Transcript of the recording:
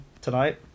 tonight